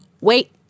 wait